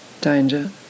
danger